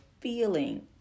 feeling